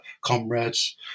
comrades